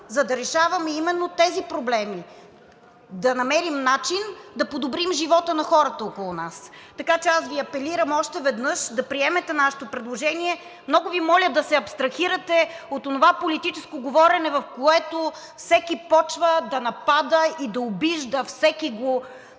за да решаваме именно тези проблеми – да намерим начин да подобрим живота на хората около нас. Така че аз Ви апелирам още веднъж да приемете нашето предложение. Много Ви моля да се абстрахирате от онова политическо говорене, в което всеки започва да напада и да обижда всекиго